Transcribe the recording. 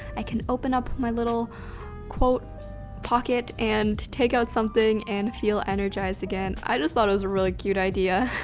i can open up my little quote pocket and take out something and feel energized again. i just thought it was a really cute idea.